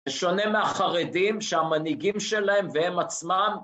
שונה מהחרדים שהמנהיגים שלהם והם עצמם